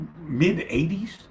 mid-80s